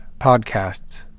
podcasts